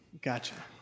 Gotcha